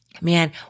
Man